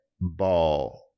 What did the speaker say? ball